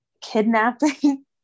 Kidnapping